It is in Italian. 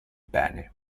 bene